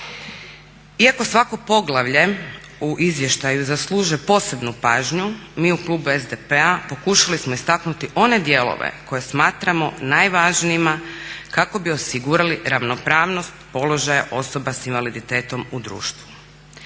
Iako svako poglavlje u izvještaju zaslužuje posebnu pažnju, mi u klubu SDP-a pokušali smo istaknuti one dijelove koje smatramo najvažnijima kako bi osigurali ravnopravnost položaja osoba s invaliditetom u društvu.